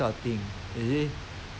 that's why you got the thing will come out